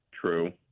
True